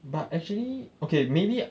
but actually okay maybe